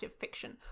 fiction